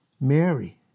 Mary